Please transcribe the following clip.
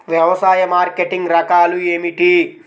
వ్యవసాయ మార్కెటింగ్ రకాలు ఏమిటి?